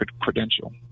credential